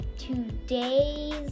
Today's